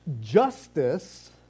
justice